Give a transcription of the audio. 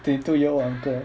twenty two year old uncle